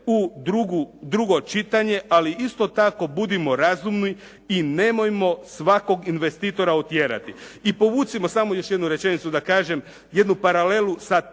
u drugo čitanje, ali isto tako budimo razumni i nemojmo svakog investitora otjerati. I povucimo samo još jednu rečenicu da kažem, jednu paralelu sa